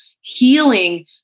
healing